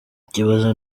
ikibazo